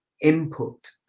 input